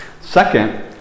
Second